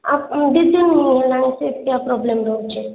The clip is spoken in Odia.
ଆଉ ଦୁଇ ଦିନ ହେଲାଣି ସେମିତିଆ ପ୍ରୋବ୍ଲେମ୍ ରହୁଛି